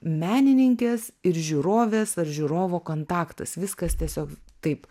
menininkės ir žiūrovės ar žiūrovo kontaktas viskas tiesiog taip